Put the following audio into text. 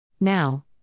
Now